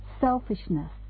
selfishness